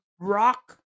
rock